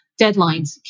deadlines